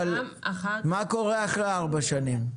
אבל מה קורה אחרי ארבע שנים?